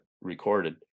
recorded